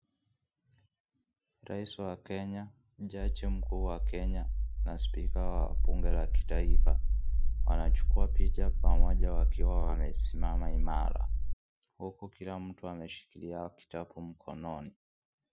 Raisi wa kenya, jaji mkuu wa kenya na spika wa bunge la kitaifa wanachukua picha pamoja wakiwa wamesimama imara, huku kila mtu ameshikilia kitabu mkononi.